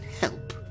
Help